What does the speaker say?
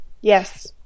Yes